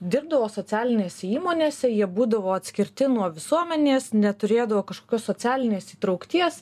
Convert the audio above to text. dirbdavo socialinėse įmonėse jie būdavo atskirti nuo visuomenės neturėdavo kažkokios socialinės įtraukties